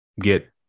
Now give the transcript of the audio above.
get